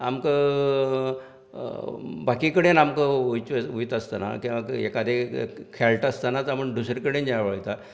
आमकां बाकी कडेन आमकां वयचें वयता आसतना किंवां एखादें खेळटा आसतना आपूण दुसरे कडेन जें वयता